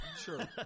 Sure